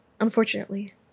Unfortunately